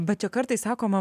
bet čia kartais sakoma